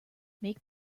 make